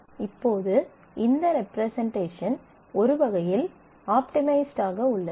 இப்போது இந்த ரெப்ரசன்ட்டேஷன் ஒரு வகையில் ஆப்டிமைஸ்ட் ஆக உள்ளது